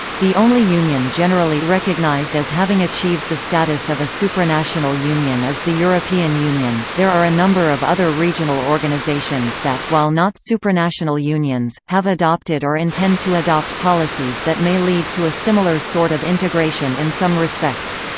the only union generally recognized as having achieved the status of a supranational union is the european union there are a number of other regional organizations that, while not supranational unions, have adopted or intend to adopt policies that may lead to a similar sort of integration in some respects.